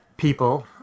people